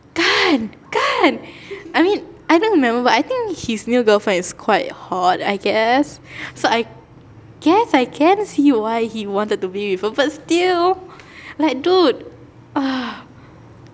kan kan I mean I don't remember but I think his new girlfriend is quite hot I guess so I guess I can see why he wanted to be with her but still like dude ugh